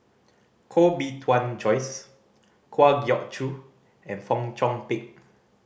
Koh Bee Tuan Joyce Kwa Geok Choo and Fong Chong Pik